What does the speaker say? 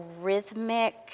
rhythmic